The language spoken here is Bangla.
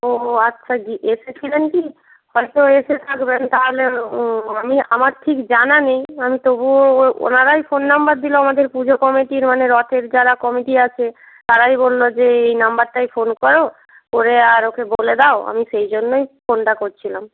ও আচ্ছা এসেছিলেন কি হয়তো এসে থাকবেন তাহলে আমি আমার ঠিক জানা নেই আমি তবুও ওনারাই ফোন নাম্বার দিল আমাদের পুজো কমিটির মানে রথের যারা কমিটি আছে তারাই বলল যে এই নাম্বারটায় ফোন করো করে আর ওকে বলে দাও আমি সেই জন্যই ফোনটা করছিলাম